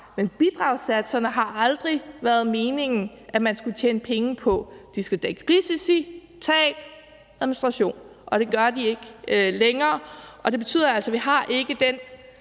til bidragssatserne har det aldrig været meningen, at det var noget, man skulle tjene penge på. De skal dække risici, tab og administration, og det gør de ikke længere. Det betyder altså, at vi ikke har